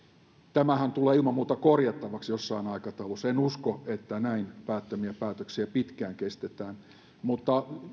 tämähän tulee ilman muuta korjattavaksi jossain aikataulussa en usko että näin päättömiä päätöksiä pitkään kestetään mutta